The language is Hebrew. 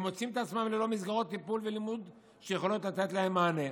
והם מוצאים את עצמם ללא מסגרות טיפול ולימוד שיכולות לתת להם מענה.